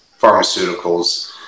pharmaceuticals